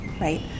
right